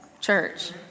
church